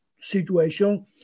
situation